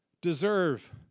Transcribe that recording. deserve